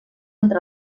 entre